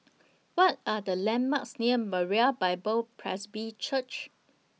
What Are The landmarks near Moriah Bible Presby Church